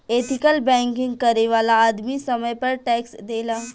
ethical banking करे वाला आदमी समय पर टैक्स देला